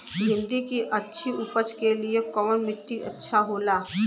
भिंडी की अच्छी उपज के लिए कवन मिट्टी अच्छा होला?